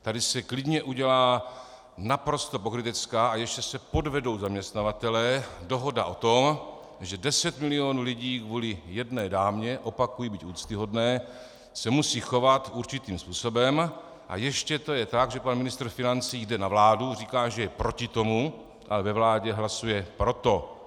Tady se klidně udělá naprosto pokrytecká a ještě se podvedou zaměstnavatelé dohoda o tom, že deset milionů lidí kvůli jedné dámě, opakuji, byť úctyhodné, se musí chovat určitým způsobem, a ještě je to tak, že pan ministr financí jde na vládu, říká, že je proti tomu, ale ve vládě hlasuje pro to.